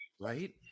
Right